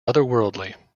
otherworldly